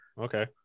Okay